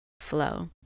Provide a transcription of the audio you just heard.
flow